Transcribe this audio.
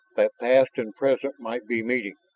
that past and present might be meeting.